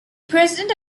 president